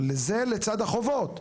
אבל זה לצד החובות.